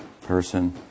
person